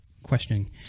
questioning